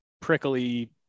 prickly